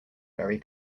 very